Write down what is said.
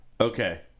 Okay